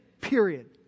period